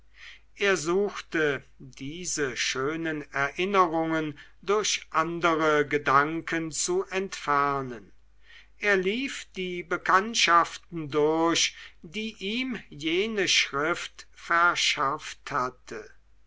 er suchte diese schönen erinnerungen durch andere gedanken zu entfernen er lief die bekanntschaften durch die ihm jene schrift verschafft hatte